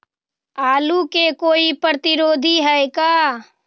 आलू के कोई प्रतिरोधी है का?